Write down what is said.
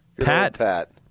Pat